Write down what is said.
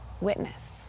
witness